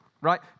Right